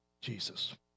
Jesus